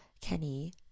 Kenny